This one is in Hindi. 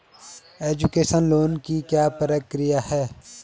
एजुकेशन लोन की क्या प्रक्रिया है?